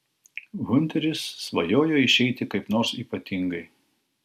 hunteris svajojo išeiti kaip nors ypatingai